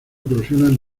eclosionan